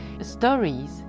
stories